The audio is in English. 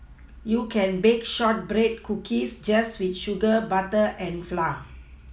you can bake shortbread cookies just with sugar butter and flour